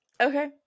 Okay